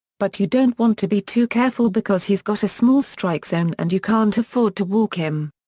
but you don't want to be too careful because he's got a small strike zone and you can't afford to walk him.